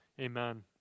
Amen